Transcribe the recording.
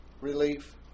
relief